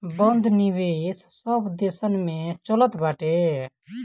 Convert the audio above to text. बंध निवेश सब देसन में चलत बाटे